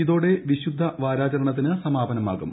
ഇതോടെ വിശുദ്ധവാരാചരണത്തിന് സമാപനമാകും